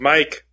Mike